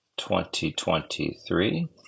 2023